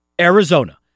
Arizona